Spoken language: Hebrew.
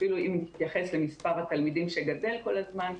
אפילו אם נתייחס למספר התלמידים שגדל כל הזמן,